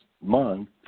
month